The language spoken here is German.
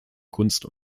kunst